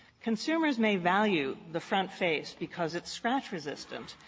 consumers may value the front face because it's scratch-resistant,